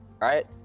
right